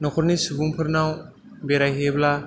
नखरनि सुबुंफोरनाव बेरायहैयोब्ला